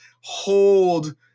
hold